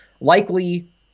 likely